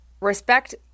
respect